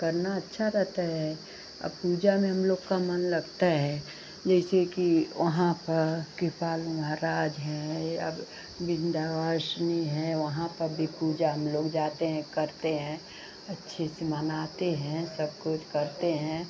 करना अच्छा रहता है अब पूजा में हम लोग का मन लगता है जैसे कि वहाँ पर कृपाल महाराज हैं ये अब वृंदावाशिनी है वहाँ पर भी पूजा हम लोग जाते हैं करते हैं अच्छे से मनाते हैं सब कुछ करते हैं